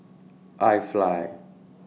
IFly